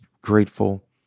grateful